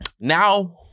now